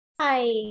Hi